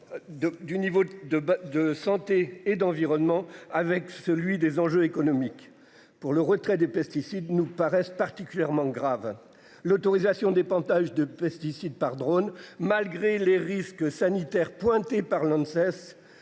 du niveau de, de santé et d'environnement avec celui des enjeux économiques pour le retrait des pesticides, nous paraissent particulièrement graves. L'autorisation des pantalons de pesticides par drone malgré les risques sanitaires pointées par l'ne